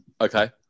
Okay